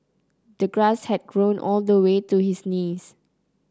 the grass had grown all the way to his knees